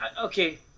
okay